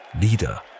leader